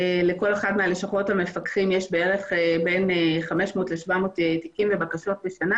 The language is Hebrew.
לכל אחד מלשכות המפקחים יש בין 500 ל-700 תיקים לבקשות בשנה.